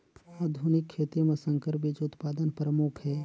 आधुनिक खेती म संकर बीज उत्पादन प्रमुख हे